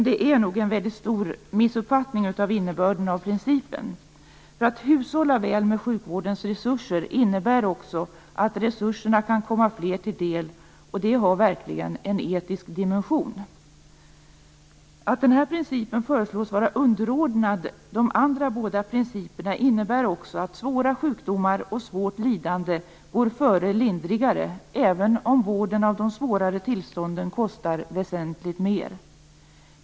Det är nog en stor missuppfattning av innebörden i principen. Att hushålla väl med sjukvårdens resurser innebär också att resurserna kan komma flera till del, och det har verkligen en etisk dimension. Att kostnadseffektivitetsprincipen föreslås vara underordnad de andra båda principerna innebär också att svåra sjukdomar och svårt lidande går före lindrigare, även om vården av de svårare tillstånden kostar väsentligt mer.